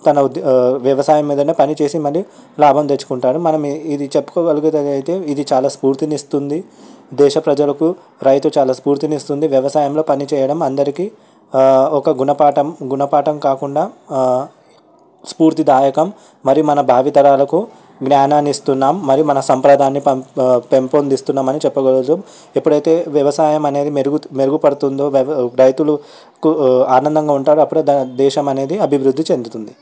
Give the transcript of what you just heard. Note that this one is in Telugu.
తన వ్యవసాయం మీదనే పని చేసే మళ్లీ లాభం తెచ్చుకుంటారు మనం ఇది చెప్పుకోగలిగేది ఏదైతే ఇది చాలా స్ఫూర్తినిస్తుంది దేశ ప్రజలకు రైతు చాలా స్ఫూర్తిని ఇస్తుంది వ్యవసాయంలో పని చేయడం అందరికీ ఒక గుణపాఠం గుణపాఠం కాకుండా స్ఫూర్తిదాయకం మరి మన భావితరాలకు జ్ఞానాన్ని ఇస్తున్నాం మరి మన సంప్రదాయాన్ని పం పెంపొందిస్తున్నామని చెప్పుకోవచ్చు ఎప్పుడైతే వ్యవసాయం అనేది మెరుగు మెరుగుపడుతుందో రైతు రైతులుకు ఆనందంగా ఉంటారు అప్పుడే దేశం అనేది అభివృద్ధి చెందుతుంది